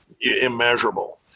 immeasurable